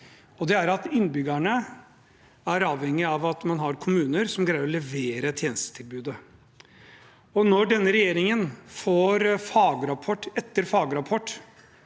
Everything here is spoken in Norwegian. det er at innbyggerne er avhengig av at man har kommuner som greier å levere tjenestetilbudet. Når denne regjeringen får fagrapport